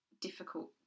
difficult